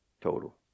Total